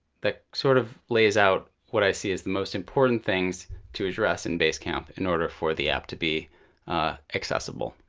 that sort of lays out what i see as the most important things to address in basecamp in order for the app to be accessible.